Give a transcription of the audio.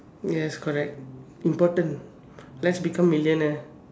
yes correct important best become millionaire